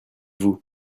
vous